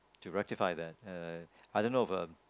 to rectify that uh I don't know if er